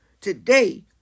Today